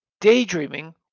daydreaming